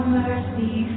mercy